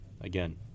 Again